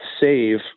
save